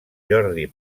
jordi